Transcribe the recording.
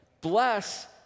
bless